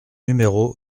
numéro